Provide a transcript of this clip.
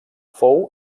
fou